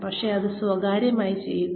പക്ഷേ അത് സ്വകാര്യമായി ചെയ്യുക